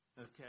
Okay